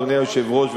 אדוני היושב-ראש,